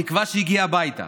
התקווה שהגיע הביתה,